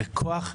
זה כוח אדיר,